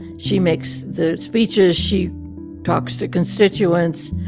she makes the speeches. she talks to constituents.